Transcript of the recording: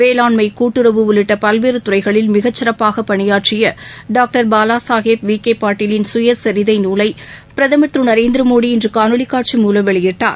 வேளாண்மை கூட்டுறவு உள்ளிட்ட பல்வேறு துறைகளில் மிக சிறப்பாக பணியாற்றிய டாக்டர் பாலா சாஹேப் விக்கே பாட்டாலின் சுயசரிதை நூலை பிரதமர் திரு நரேந்திரமோடி இன்று காணொலி காட்சி மூவம் வெளியிட்டார்